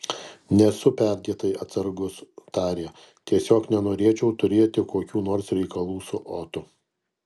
nesu perdėtai atsargus tarė tiesiog nenorėčiau turėti kokių nors reikalų su otu